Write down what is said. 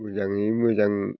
मोजाङै मोजां